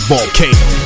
Volcano